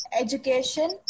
education